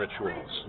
rituals